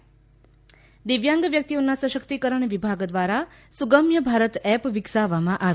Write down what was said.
ત દિવ્યાંગ વ્યક્તિઓના સશક્તિકરણ વિભાગ દ્વારા સુગમ્ય ભારત એપ વિકસાવવામાં આવી